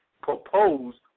Proposed